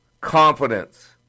confidence